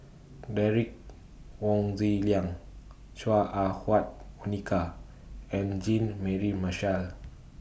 Derek Wong Zi Liang Chua Ah Huwa Monica and Jean Mary Marshall